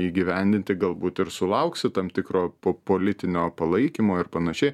įgyvendinti galbūt ir sulauksi tam tikro po politinio palaikymo ir panašiai